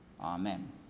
amen